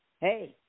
Hey